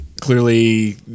clearly